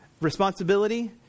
responsibility